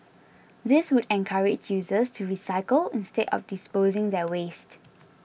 this would encourage users to recycle instead of disposing their waste